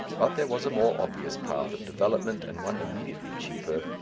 but there was a more obvious path of development and one immediately cheaper,